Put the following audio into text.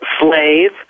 slave